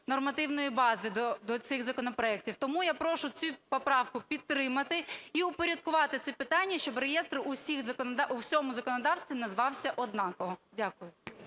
нормативної бази до цих законопроектів. Тому я прошу цю поправку підтримати і упорядкувати це питання, щоб реєстр у всьому законодавстві називався однаково. Дякую.